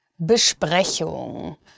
Besprechung